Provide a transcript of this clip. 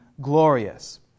glorious